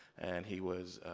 and he was